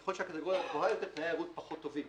ככל שהקטגוריה גבוהה יותר, תנאי הראות פחות טובים.